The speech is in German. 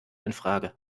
infrage